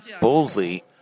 boldly